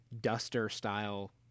duster-style